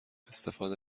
استفاده